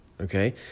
Okay